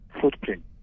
footprint